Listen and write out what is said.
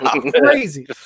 crazy